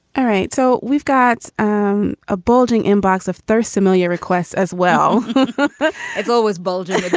all right, so we've got um a bulging inbox of third familiar requests as well as always, bolger's.